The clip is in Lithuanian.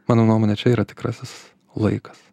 mano nuomone čia yra tikrasis laikas